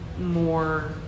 more